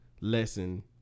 lesson